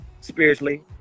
spiritually